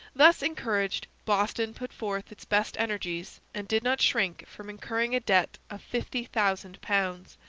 thus encouraged, boston put forth its best energies and did not shrink from incurring a debt of fifty thousand pounds,